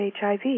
HIV